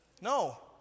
No